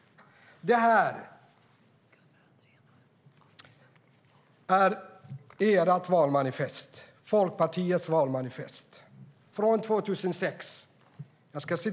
Jag har här Folkpartiets valmanifest från 2006.